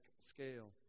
scale